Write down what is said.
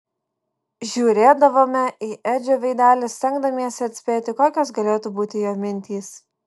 žiūrėdavome į edžio veidelį stengdamiesi atspėti kokios galėtų būti jo mintys